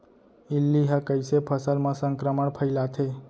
इल्ली ह कइसे फसल म संक्रमण फइलाथे?